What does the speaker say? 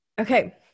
Okay